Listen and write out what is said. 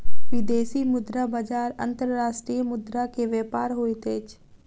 विदेशी मुद्रा बजार अंतर्राष्ट्रीय मुद्रा के व्यापार होइत अछि